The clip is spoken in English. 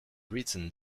written